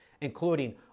including